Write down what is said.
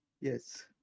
yes